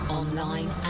online